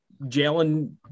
Jalen